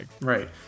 Right